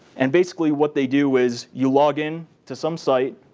and basically what they do is you log in to some site,